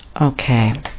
Okay